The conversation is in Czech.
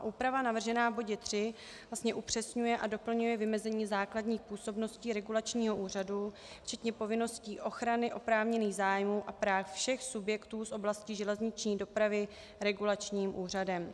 Úprava navržená v bodě 3 vlastně upřesňuje a doplňuje vymezení základních působností regulačního úřadu včetně povinností ochrany oprávněných zájmů a práv všech subjektů z oblasti železniční dopravy regulačním úřadem.